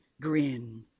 grin